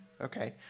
Okay